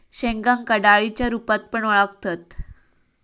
शेंगांका डाळींच्या रूपात पण वळाखतत